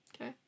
okay